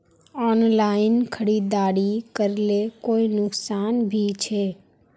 Online खरीदारी करले कोई नुकसान भी छे?